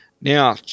Now